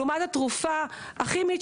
לעומת התרופה הכימית,